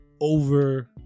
over